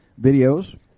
videos